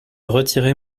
retirer